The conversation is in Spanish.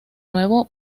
nuevo